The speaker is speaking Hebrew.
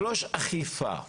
ג' אכיפה,